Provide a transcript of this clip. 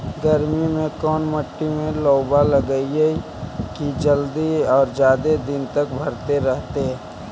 गर्मी में कोन मट्टी में लोबा लगियै कि जल्दी और जादे दिन तक भरतै रहतै?